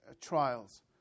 trials